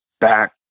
back